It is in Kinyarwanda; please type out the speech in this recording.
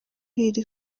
iri